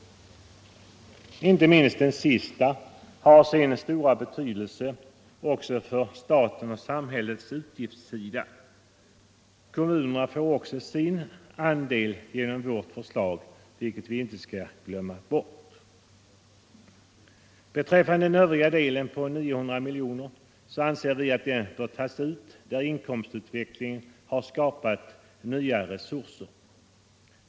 Inte minst det sistnämnda har sin stora betydelse också för statens och samhällets utgiftssida. Kommunerna får också sin andel genom vårt förslag, vilket vi inte skall glömma bort. Den övriga delen, också 900 miljoner, anser vi bör tagas ut där inkomstutvecklingen har skapat nya resurser.